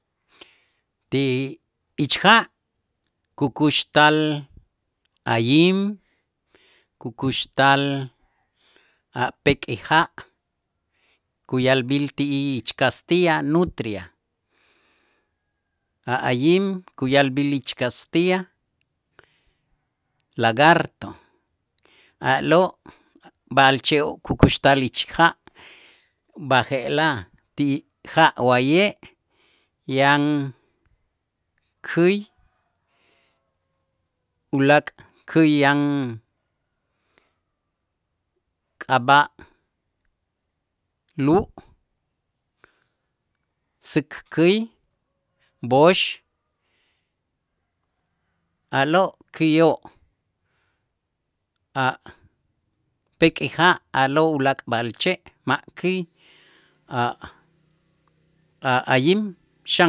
Ti ich ja' kukuxtal ayim, kukuxtal a' pek'ija', kuya'lb'äl ti ich kastiya nutria, a' ayim kuya'lb'äl ich kastiya lagarto, a'lo' b'a'alche' kukuxtal ich ja' b'aje'laj ti ja' wa'ye' yan käy ulaak' käyan k'ab'a' lu', säk käy, b'ox, a'lo' ki'oo' a' pek'ija' a'lo' ulaak' b'a'alche' ma' ki' a- a- ayim xan.